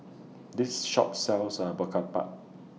This Shop sells A Murtabak